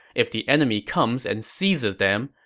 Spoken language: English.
if the enemy comes and seizes them,